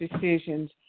decisions